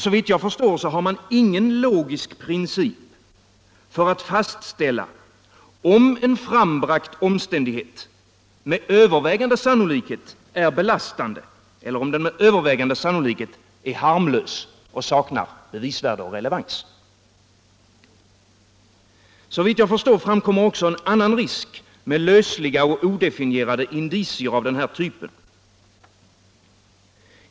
Såvitt jag förstår har man ingen logisk princip för att fastställa om en frambragt omständighet med övervägande sannolikhet är belastande eller om den med övervägande sannolikhet är harmlös och saknar bevisvärde och relevans. Såvitt jag förstår framkommer också en annan risk med lösliga och odefinierade indicier av den här typen.